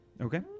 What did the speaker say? Okay